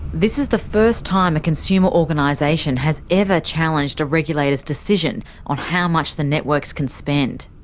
this is the first time a consumer organisation has ever challenged a regulator's decision on how much the networks can spend.